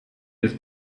his